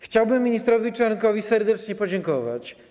Chciałbym ministrowi Czarnkowi serdecznie podziękować.